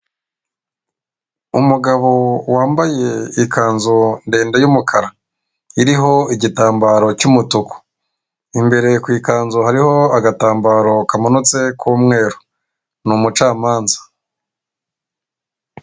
Umugabo wambaye ikanzu ndende y'umukara; iriho igitambaro cy'umutuku; imbere ku ikanzu hariho agatambaro kamanutse k'umweru; ni umucamanza.